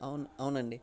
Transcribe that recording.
అవును అవునండి